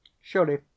surely